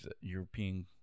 European